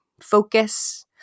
focus